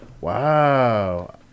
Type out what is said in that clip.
Wow